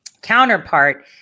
Counterpart